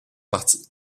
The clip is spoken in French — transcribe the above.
parti